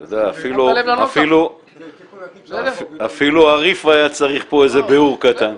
תודה, אפילו הרי"ף היה צריך פה איזה ביאור קטן.